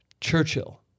Churchill